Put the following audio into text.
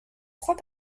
trois